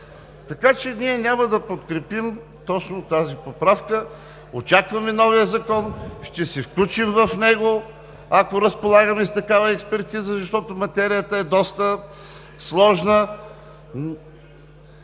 Така че ние няма да подкрепим точно тази поправка. Очакваме новия Закон, ще се включим в него, ако разполагаме с такава експертиза, защото материята е доста сложна,